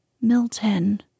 Milton